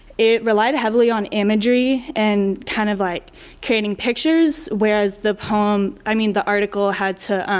it relied heavily on imagery and kind of like creating pictures whereas the poem, i mean the article had to